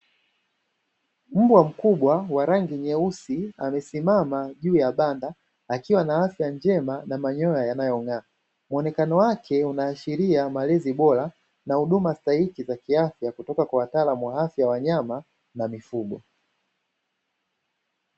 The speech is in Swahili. Mbwa mkubwa wa rangi nyeusi, amesimama juu ya banda akiwa na afya njema na manyoya yanayong'aa .Muonekano wake unaashiria malezi bora na huduma stahiki za kiafya kutoka kwa wataalamu wa afya ya wanyama na mifugo.